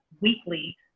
weekly